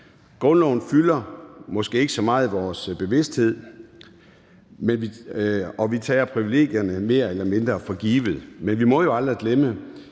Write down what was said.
Grundloven fylder måske ikke så meget i vores bevidsthed, og vi tager privilegierne mere eller mindre for givet, men vi må jo aldrig glemme,